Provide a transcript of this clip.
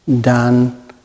done